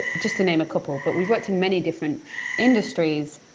just to name a couple. but we've worked in many different industries,